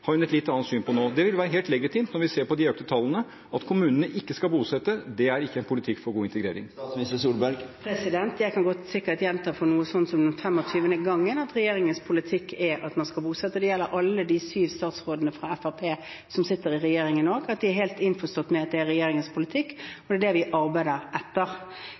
har hun et litt annet syn på nå. Det vil være helt legitimt når vi ser på de økte tallene. At kommunene ikke skal bosette, er ikke en politikk for god integrering. Jeg kan sikkert godt gjenta for noe slikt som 25. gang at regjeringens politikk er at man skal bosette. Det gjelder alle de syv statsrådene fra Fremskrittspartiet som sitter i regjering nå. De er helt innforstått med at det er regjeringens politikk, og at det er det vi arbeider etter.